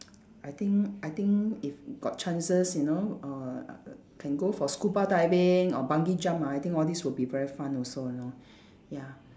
I think I think if got chances you know uh uh can go for scuba diving or bungee jump ah I think all these will be very fun also you know ya